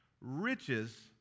riches